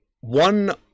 one